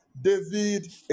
David